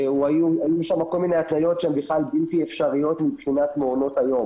היו שם כל מיני הטעיות שהן בכלל בלתי אפשריות מבחינת מעונות היום.